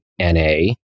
na